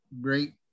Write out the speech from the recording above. great